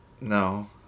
No